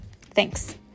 Thanks